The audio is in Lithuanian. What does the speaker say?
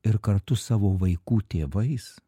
ir kartu savo vaikų tėvais